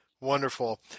Wonderful